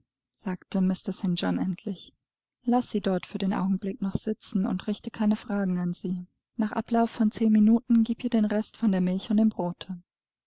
sagte mr st john endlich laß sie dort für den augenblick noch sitzen und richte keine fragen an sie nach ablauf von zehn minuten gieb ihr den rest von der milch und dem brote